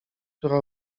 która